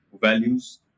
values